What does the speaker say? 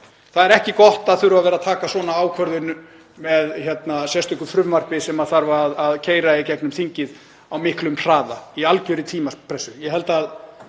Það er ekki gott að þurfa að taka svona ákvörðun með sérstöku frumvarpi sem þarf að keyra í gegnum þingið á miklum hraða í algerri tímapressu.